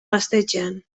gaztetxean